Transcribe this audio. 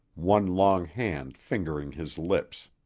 one long hand fingering his lips.